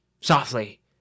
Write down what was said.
Softly